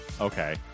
okay